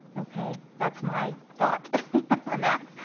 okay, that's my thought on that.